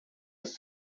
ist